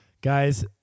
Guys